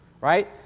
Right